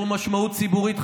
הוא עצמו, דרך אגב,